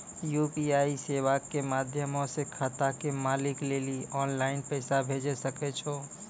UPI सेबा के माध्यमो से खाता के मालिक लेली आनलाइन पैसा भेजै सकै छो